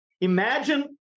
Imagine